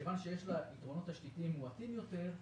שיש לה יתרונות תשתיתיים מועטים יותר,